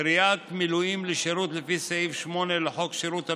קריאת מילואים לשירות לפי סעיף 8 לחוק שירות המילואים,